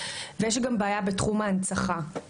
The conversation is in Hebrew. ויש גם בעיה בתחום ההנצחה.